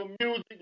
music